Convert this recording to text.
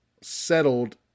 settled